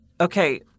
Okay